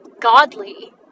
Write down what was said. godly